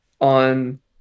on